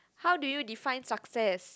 how do you define success